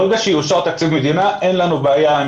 ברגע שיאושר תקציב מדינה אין לנו בעיה עם